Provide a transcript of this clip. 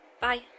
bye